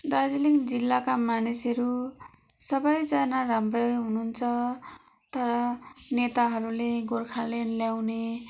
दार्जिलिङ जिल्लाका मानिसहरू सबैजना राम्रै हुनुहुन्छ तर नेताहरूले गोर्खाल्यान्ड ल्याउने